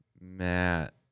Matt